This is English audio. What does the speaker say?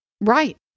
Right